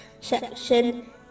section